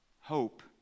hope